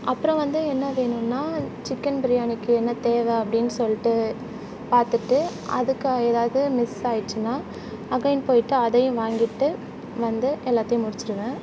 அப்புறோம் வந்து என்ன வேணும்னா சிக்கன் பிரியாணிக்கு என்ன தேவை அப்படின் சொல்லிட்டு பார்த்துட்டு அதுக்கு ஏதாவது மிஸ்ஸாயிடுச்சுனா அகைன் போயிட்டு அதையும் வாங்கிட்டு வந்து எல்லாத்தையும் முடிச்சுருவேன்